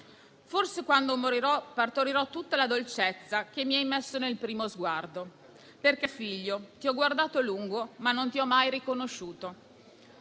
Forse, quando morirò, partorirò tutta la dolcezza che mi hai messo nel primo sguardo perché figlio, ti ho guardato a lungo, ma non ti ho mai conosciuto.